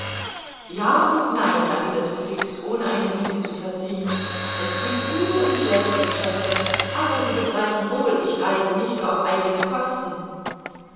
ja und nein erwiderte fix ohne eine miene zu verziehen es giebt gute und schlechte geschäfte aber sie begreifen wohl ich reise nicht auf eigene kosten